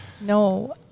No